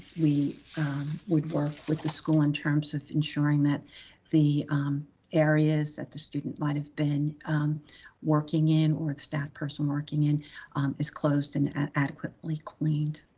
we would work with the school in terms of ensuring that the areas that the student might have been working in or the staff person working in is closed and adequately cleaned.